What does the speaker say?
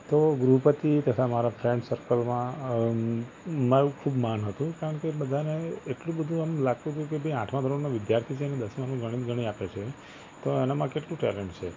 તો ગૃહપતિ તથા મારા ફ્રેન્ડ સર્કલમાં મારું ખૂબ માન હતું કારણ કે એ બધાને એટલું બધુ આમ લાગતું હતું કે ભઈ આઠમા ધોરણનો વિદ્યાર્થી છે ને દસમા ધોરણનું ગણિત ગણી આપે છે તો એનામાં કેટલું ટૅલેન્ટ છે